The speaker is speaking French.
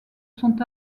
sont